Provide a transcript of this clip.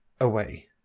away